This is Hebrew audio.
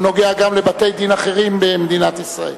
הוא נוגע גם לבתי-דין אחרים במדינת ישראל.